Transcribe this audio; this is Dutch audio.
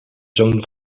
zoon